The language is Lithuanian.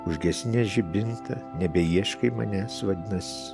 užgesinęs žibintą nebeieškai manęs vadinas